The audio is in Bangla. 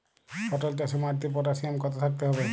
পটল চাষে মাটিতে পটাশিয়াম কত থাকতে হবে?